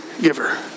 giver